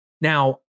Now